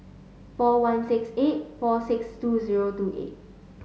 four one six eight four six two zero two eight